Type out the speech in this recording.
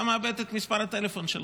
אתה מאבד את מספר הטלפון שלך,